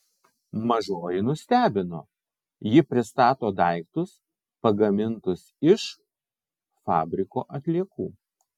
mažoji nustebino ji pristato daiktus pagamintus iš fabriko atliekų